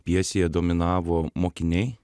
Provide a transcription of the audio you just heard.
pjesėje dominavo mokiniai